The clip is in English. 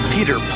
Peter